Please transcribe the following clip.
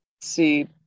see